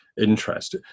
interest